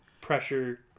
pressure